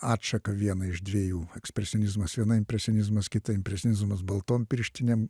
atšaką vieną iš dviejų ekspresionizmas viena impresionizmas kita impresionizmas baltom pirštinėm